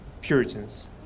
puritans